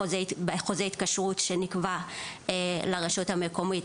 חוזה ההתקשרות שנקבע בין הרשות המקומית